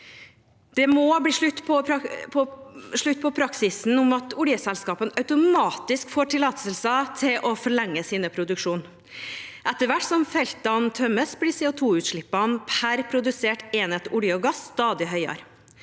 Det må bli slutt på praksisen der oljeselskapene automatisk får tillatelse til å forlenge sin produksjon. Etter hvert som feltene tømmes, blir CO2-utslippene per produsert enhet olje og gass stadig høyere.